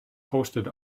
posted